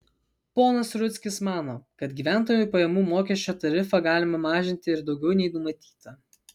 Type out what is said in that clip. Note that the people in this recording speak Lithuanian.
ponas rudzkis mano kad gyventojų pajamų mokesčio tarifą galima mažinti ir daugiau nei numatyta